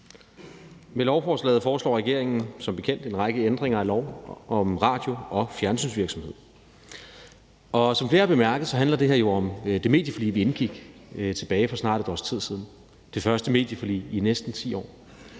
Med lovforslaget foreslår regeringen som bekendt en række ændringer af lov om radio- og fjernsynsvirksomhed. Som flere har bemærket, handler det her jo om det medieforlig, vi indgik tilbage for snart et års tid siden – det første medieforlig i næsten 10 år